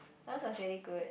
that was really good